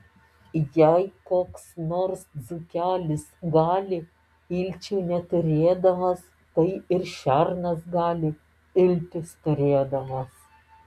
jei koks nors dzūkelis gali ilčių neturėdamas tai ir šernas gali iltis turėdamas